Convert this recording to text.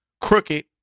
Crooked